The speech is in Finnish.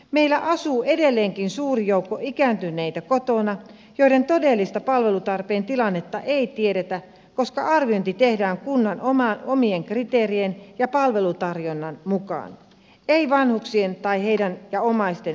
meillä asuu edelleenkin suuri joukko ikääntyneitä kotona joiden todellista palvelutarpeen tilannetta ei tiedetä koska arviointi tehdään kunnan omien kriteerien ja palvelutarjonnan mukaan ei vanhuksien ja heidän omaistensa elämäntilanteen perusteella